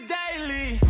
daily